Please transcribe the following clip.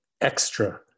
extra